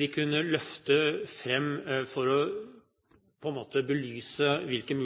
vi kunne løfte fram for å belyse hvilke